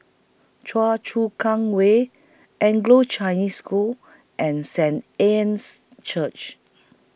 Choa Chu Kang Way Anglo Chinese School and Saint Anne's Church